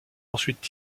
ensuite